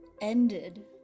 ended